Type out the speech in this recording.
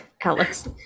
Alex